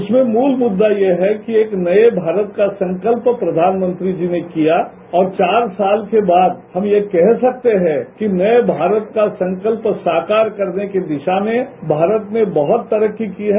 उसमें मूल मुद्दा ये है कि एक नये भारत का संकल्प प्रधानमंत्री जी ने किया और चार साल के बाद हम यह कह सकते है कि नये भारत का संकल्प साकार करने की दिशा में भारत ने बहुत तरक्की की है